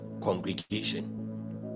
congregation